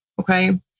Okay